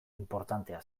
inportantea